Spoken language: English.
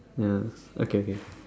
ya okay okay